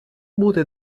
буде